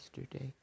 yesterday